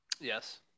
Yes